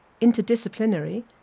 interdisciplinary